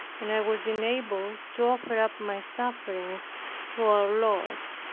and i was enabled to offer up my sufferings to our lord.